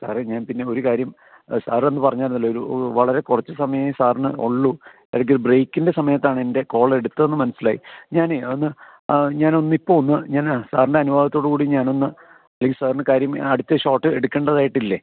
സാറേ ഞാൻ പിന്നെ ഒരു കാര്യം സാർ അന്ന് പറഞ്ഞിരുന്നല്ലോ ഒരു വളരെ കുറച്ച് സമയെ സാറിന് ഉള്ളു എനിക്ക് ബ്രേക്കിൻ്റെ സമയത്താണ് എൻ്റെ കോള് എടുത്തത് എന്ന് മനസ്സിലായി ഞാനെ ഒന്ന് ഞാനൊന്ന് ഇപ്പോൾ ഒന്ന് ഞാൻ സാറിൻ്റെ അനുവാദത്തോട് കൂടി ഞാനൊന്ന് അല്ലെങ്കിൽ സാറിന് കാര്യമെ അടുത്ത ഷോട്ട് എടുക്കേണ്ടതായിട്ട് ഇല്ലേ